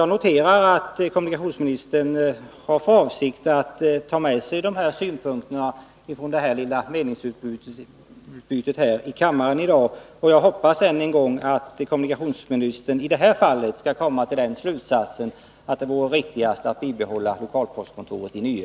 Jag noterar att kommunikationsministern har för avsikt att ta med sig synpunkterna från vårt lilla meningsutbyte här i kammaren i dag. Jag upprepar att jag hoppas att kommunikationsministern i detta fall skall komma fram till den slutsatsen att det vore riktigast att behålla lokalpostkontoret i Nye.